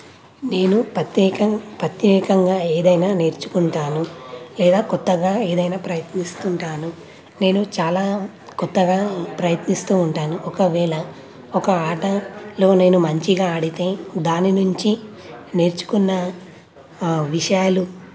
నేను ప్రత్యేకం ప్రత్యేకంగా ఏదైనా నేర్చుకుంటాను లేదా కొత్తగా ఏదైనా ప్రయత్నిస్తుంటాను నేను చాలా కొత్తగా ప్రయత్నిస్తూ ఉంటాను ఒకవేళ ఒక ఆటలో నేను మంచిగా ఆడితే దాని నుంచి నేర్చుకున్న విషయాలు